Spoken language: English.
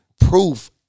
proof